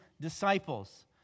disciples